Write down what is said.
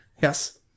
Yes